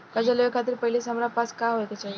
कर्जा लेवे खातिर पहिले से हमरा पास का होए के चाही?